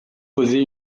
poser